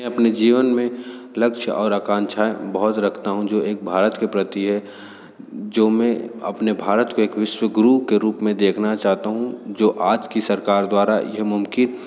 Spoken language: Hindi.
मैं अपने जीवन में लक्ष्य और आकांक्षाए बोहोत रखता हूँ जो एक भारत के प्रति है जो मैं अपने भारत के एक विश्व गुरु के रूप में देखना चाहता हूँ जो आज की सरकार द्वारा यह मुमकिन